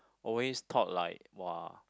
always thought like !wah!